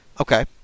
Okay